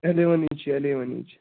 اٮ۪لیوَنٕے چھِ ایلیوَنٕے چھِ